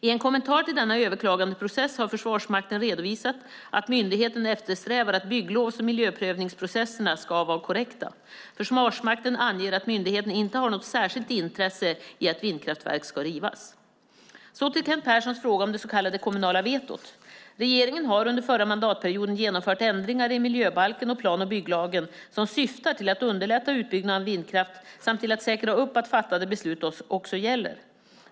I en kommentar till denna överklagandeprocess har Försvarsmakten redovisat att myndigheten eftersträvar att bygglovs och miljöprövningsprocesserna ska vara korrekta. Försvarsmakten anger att myndigheten inte har något särskilt intresse i att vindkraftverk ska rivas. Så till Kent Perssons fråga om det så kallade kommunala vetot. Regeringen har under förra mandatperioden genomfört ändringar i miljöbalken och plan och bygglagen som syftar till att underlätta utbyggnaden av vindkraft samt till att säkra att fattade beslut också gäller.